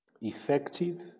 effective